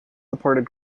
departed